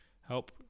help